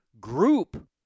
group